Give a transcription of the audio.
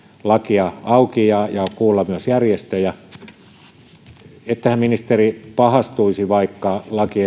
lakia auki ja ja kuulla myös järjestöjä ettehän ministeri pahastuisi vaikka laki